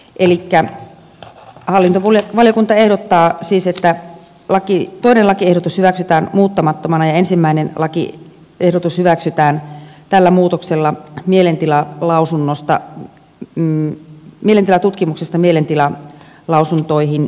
elikkä hallintovaliokunta ehdottaa siis että toinen lakiehdotus hyväksytään muuttamattomana ja ensimmäinen lakiehdotus hyväksytään tällä muutoksella mielentilatutkimuksesta mielentilalausuntoihin